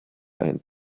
ein